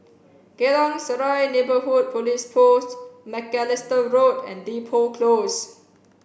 Geylang Serai Neighbourhood Police Post Macalister Road and Depot Close